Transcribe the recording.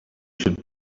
should